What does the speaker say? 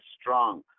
strong